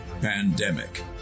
pandemic